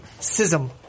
Sism